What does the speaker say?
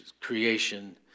creation